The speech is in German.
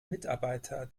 mitarbeiter